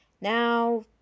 Now